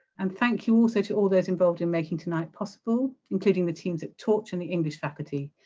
and thank you also to all those involved in making tonight possible, including the teams at torch and the english faculty.